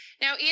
Now